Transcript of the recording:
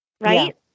right